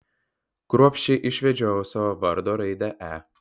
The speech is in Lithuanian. kruopščiai išvedžiojau savo vardo raidę e